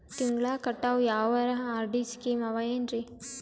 ತಿಂಗಳ ಕಟ್ಟವು ಯಾವರ ಆರ್.ಡಿ ಸ್ಕೀಮ ಆವ ಏನ್ರಿ?